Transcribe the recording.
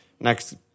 Next